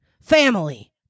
family